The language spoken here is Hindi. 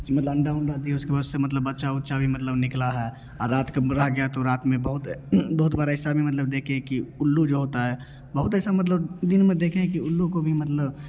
उसमें मतलब अंडा उंडा दिए उसके बाद से मतलब बच्चा उच्चा भी मतलब निकला है और रात को को रह गया तो रात में बहुत बहुत बार ऐसा भी मतलब देखें कि उल्लू जो होता है बहुत ऐसा मतलब दिन में देखें कि उल्लू को भी मतलब